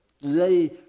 lay